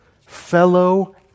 Fellow